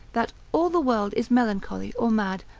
that all the world is melancholy, or mad,